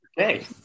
okay